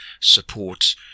support